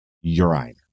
urine